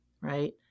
right